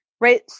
right